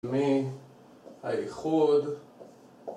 מהאיחוד